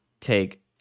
take